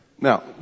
Now